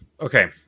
Okay